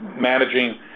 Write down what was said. managing